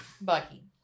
Bucky